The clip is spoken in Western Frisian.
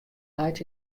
leit